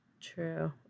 True